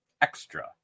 extra